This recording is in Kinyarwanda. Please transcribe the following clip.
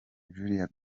julia